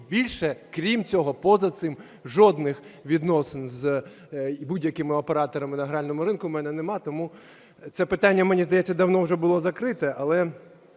більше крім цього, поза цим жодних відносин з будь-якими операторами на гральному ринку у мене немає. Тому це питання, мені здається, давно уже було закрите,